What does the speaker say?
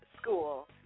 School